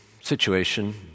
situation